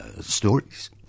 stories